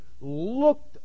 looked